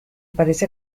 parece